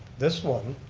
this one,